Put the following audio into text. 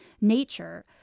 nature